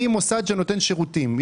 אני מוסד שנותן שירותים,